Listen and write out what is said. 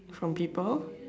from people